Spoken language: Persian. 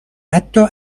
حتی